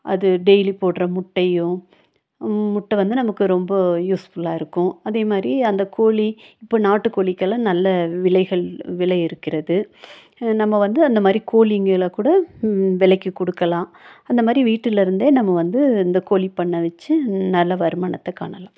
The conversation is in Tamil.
அது டெய்லி போடுற முட்டையும் முட்டை வந்து நமக்கு ரொம்ப யூஸ்ஃபுல்லாக இருக்கும் அதே மாதிரி அந்த கோழி இப்போ நாட்டுக்கோழிக்கெல்லாம் நல்ல விலைகள் விலை இருக்கிறது நம்ம வந்து அந்த மாதிரி கோழிங்களை கூட விலைக்கி கொடுக்கலாம் அந்த மாதிரி வீட்டிலிருந்தே நம்ம வந்து இந்த கோழி பண்ண வச்சு நல்ல வருமானத்தை காணலாம்